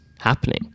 happening